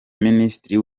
minisitiri